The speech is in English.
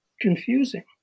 confusing